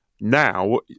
now